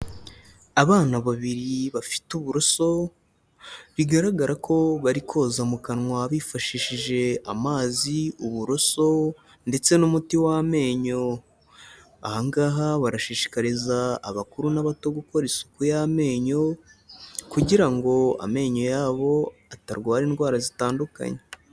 Abana babiri bafite uburoso, bigaragara ko bari koza mu kanwa bifashishije amazi, uburoso, ndetse n'umuti w'amenyo, aha ngaha barashishikariza abakuru n'abato gukora isuku y'amenyo, kugira ngo amenyo yabo atarwara indwara zitandukanye.